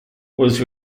was